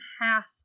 half